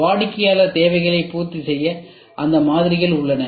வாடிக்கையாளர் தேவைகளைப் பூர்த்தி செய்ய அந்த மாதிரிகள் உள்ளன